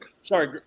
Sorry